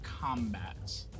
combat